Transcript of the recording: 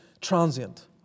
transient